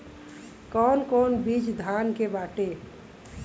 कौन कौन बिज धान के बाटे?